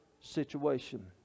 situation